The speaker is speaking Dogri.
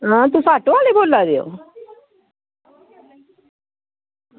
हां तुस आटो आह्ले बोला दे ओ